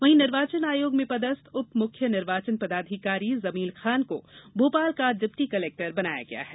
वहीं निर्वाचन आयोग में पदस्थ उप मुख्य निर्वाचन पदाधिकारी जमील खान को भोपाल का डिप्टी कलेक्टर बनाया गया है